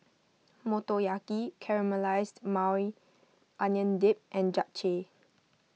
Motoyaki Caramelized Maui Onion Dip and Japchae